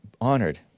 Honored